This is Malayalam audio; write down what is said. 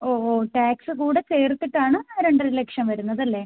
ഓ ഓ ടാക്സ് കൂടെ ചേർത്തിട്ടാണ് ആ രണ്ടര ലക്ഷം വരുന്നത് അല്ലേ